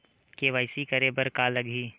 KYC करे बर का का लगही?